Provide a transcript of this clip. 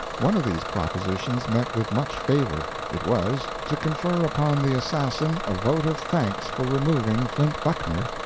one of these propositions met with much favor it was, to confer upon the assassin a vote of thanks for removing flint buckner,